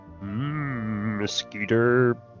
Mosquito